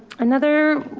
another